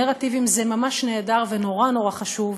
נרטיבים זה ממש נהדר ונורא נורא חשוב,